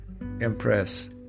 impress